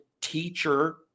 teacher